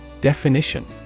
Definition